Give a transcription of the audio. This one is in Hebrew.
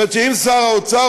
מציעים שר האוצר,